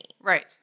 Right